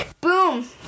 Boom